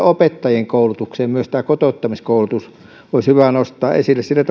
opettajien koulutukseen tämä kotouttamiskoulutus olisi hyvä nostaa esille sillä